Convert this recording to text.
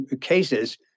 cases